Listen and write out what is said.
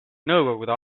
nõukogude